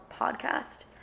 podcast